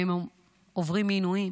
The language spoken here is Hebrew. האם הם עוברים עינויים?